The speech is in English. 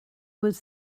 was